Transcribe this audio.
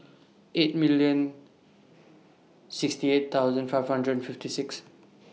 eight million sixty eight thousand five hundred and fifty six